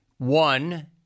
One